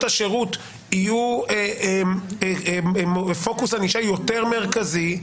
השירות יהיו בפוקוס ענישה יותר מרכזי,